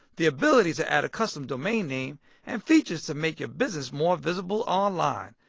the ability to add a custom domain name and features to make your business more visible online.